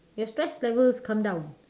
your stress levels come down